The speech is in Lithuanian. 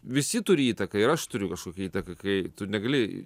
visi turi įtaką ir aš turiu kažkokią įtaką kai tu negali